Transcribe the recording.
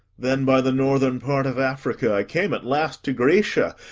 then, by the northern part of africa, i came at last to graecia,